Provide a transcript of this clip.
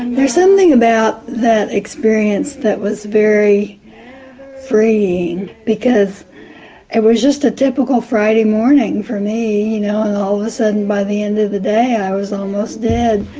and there's something about that experience that was very freeing because it was just a typical friday morning for me, you know, and all of a sudden by the end of the day i was almost dead.